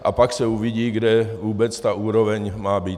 A pak se uvidí, kde vůbec ta úroveň má být.